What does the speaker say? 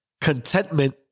contentment